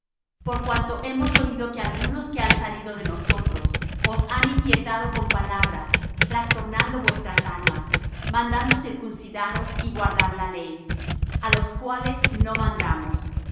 por cuanto hemos oído que algunos que han salido de nosotros os han inquietado con palabras trastornando vuestras almas mandando circuncidaros y guardar la ley á los cuales no mandamos